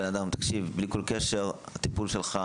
תקשיב בלי כל קשר לטיפול שלך,